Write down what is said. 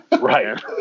Right